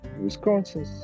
Wisconsin